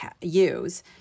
use